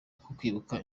kwibuka